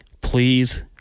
please